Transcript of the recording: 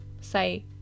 say